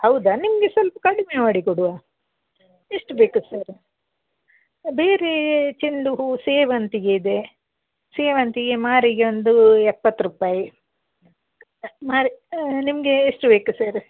ಹೌದಾ ನಿಮಗೆ ಸ್ವಲ್ಪ ಕಡಿಮೆ ಮಾಡಿ ಕೊಡುವ ಎಷ್ಟು ಬೇಕು ಸರ್ ಸರ್ ಬೇರೇ ಚೆಂಡು ಹೂವು ಸೇವಂತಿಗೆ ಇದೆ ಸೇವಂತಿಗೆ ಮಾರಿಗೆ ಒಂದು ಎಪ್ಪತ್ತು ರುಪಾಯ್ ಮಾರು ನಿಮಗೆ ಎಷ್ಟು ಬೇಕು ಸರ್